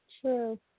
True